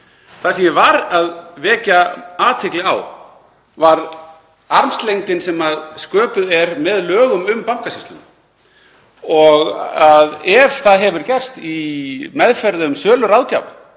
Það sem ég var að vekja athygli á var armslengdin sem sköpuð er með lögum um Bankasýsluna og að ef það hefur gerst í meðferð söluráðgjafa